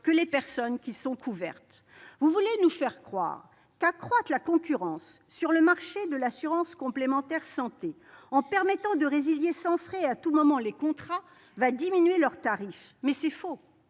plus aux soins que les autres. Vous voulez nous faire croire qu'accroître la concurrence sur le marché de l'assurance complémentaire santé, en permettant de résilier sans frais et à tout moment les contrats, va diminuer leurs tarifs, mais c'est faux.